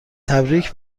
تبریک